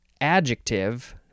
adjective